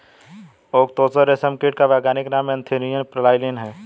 okay तसर रेशम कीट का वैज्ञानिक नाम एन्थीरिया प्राइलीन है